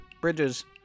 bridges